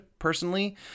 Personally